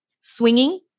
swinging